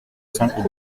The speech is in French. cents